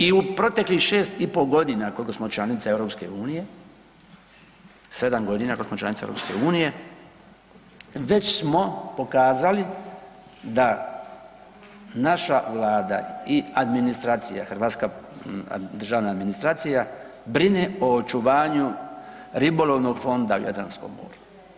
I u proteklih 6,5 g. koliko smo članica EU-a, 7 g. otkako smo članica EU-a, već smo pokazali da naša Vlada i administracija, hrvatska državna administracija, brine o očuvanju ribolovnog fonda u Jadranskom moru.